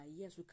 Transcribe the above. yes